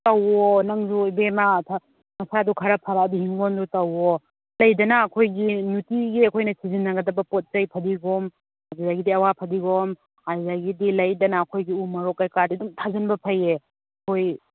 ꯇꯧꯑꯣ ꯅꯪꯁꯨ ꯏꯕꯦꯝꯃ ꯅꯁꯥꯗꯨ ꯈꯔ ꯐꯔꯛꯑꯗꯤ ꯍꯤꯡꯒꯣꯟꯗꯣ ꯇꯧꯑꯣ ꯂꯩꯗꯅ ꯑꯩꯈꯣꯏꯒꯤ ꯅꯨꯛꯇꯤꯒꯤ ꯑꯩꯈꯣꯏꯅ ꯁꯤꯖꯤꯟꯅꯒꯗꯕ ꯄꯣꯠ ꯆꯩ ꯐꯗꯤꯒꯣꯝ ꯑꯗꯨꯗꯒꯤꯗꯤ ꯑꯋꯥ ꯐꯗꯤꯒꯣꯝ ꯑꯗꯨꯗꯒꯤꯗꯤ ꯂꯩꯗꯅ ꯑꯩꯈꯣꯏꯒꯤ ꯎꯃꯣꯔꯣꯛ ꯀꯩꯀꯥꯗꯤ ꯑꯗꯨꯝ ꯊꯥꯖꯤꯟꯕ ꯐꯩꯌꯦ ꯍꯣꯏ